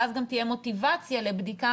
ואז גם תהיה מוטיבציה לבדיקה,